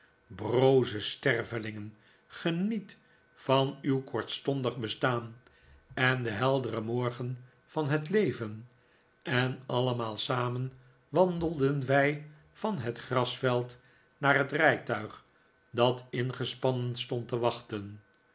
broze stervelingen geniet van uw kortstondig b estaan in den helderen morgen van het leven en allemaal samen wandelden wij van het grasveld naar het rijtuig dat ingespannen stond te wachten